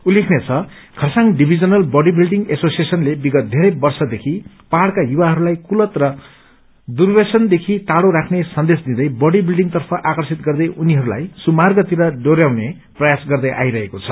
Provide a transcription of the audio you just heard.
उल्लेखनीय छ Kurseong divisional body building एसोसिएशनले विगत बेरै वर्षदेखि पहाइका युवाहस्ताई कुलत र दुर्व्यसनदेखि टाइो राख्ने सन्देश दिँदै बडी विल्डिंगतर्फ आकर्षित गर्दै उनीहरूलाई सुमार्गतिर डोरयाउने प्रयास गर्दै आइरहेको छ